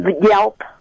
Yelp